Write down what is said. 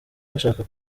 bashaka